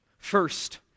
First